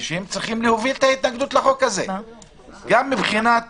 הם צריכים להוביל את ההתנגדות לחוק הזה, גם מבחינת